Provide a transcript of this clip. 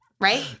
Right